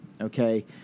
okay